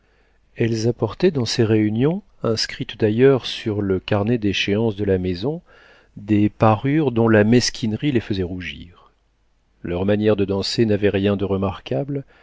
elles apportaient dans ces réunions inscrites d'ailleurs sur le carnet d'échéances de la maison des parures dont la mesquinerie les faisait rougir leur manière de danser n'avait rien de remarquable